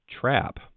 trap